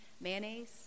mayonnaise